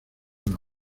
una